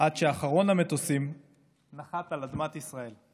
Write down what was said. עד שאחרון המטוסים נחת על אדמת ישראל.